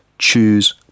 Choose